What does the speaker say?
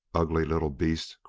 ugly little beast!